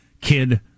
kid